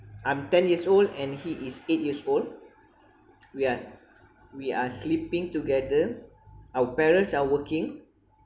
I'm ten years old and he is eight years old we are we are sleeping together our parents are working